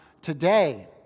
today